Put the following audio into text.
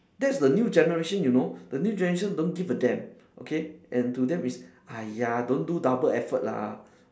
that's the new generation you know the new generation don't give a damn okay and to them it's !aiya! don't do double effort lah